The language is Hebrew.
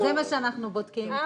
זה מה שאנחנו בודקים.